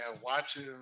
watching